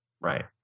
Right